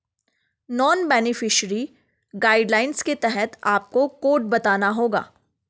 non beneficiary guidelines के तहत आपको कोड बताना होगा